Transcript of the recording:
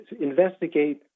investigate